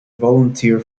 volunteer